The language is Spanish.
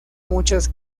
muchas